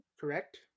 Correct